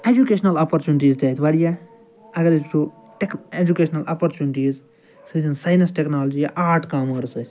educational opportunities تہِ اَتہِ واریاہ اَگر أسۍ وُچھُو ٹیٚک ایٚجوٗکیشنَل اَپرچونٹیٖز سُہ ٲسِن سایِنَس ٹیٚکنالوجی یا آرٹ کامٲرٕس ٲسِن